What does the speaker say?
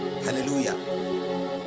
Hallelujah